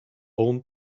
own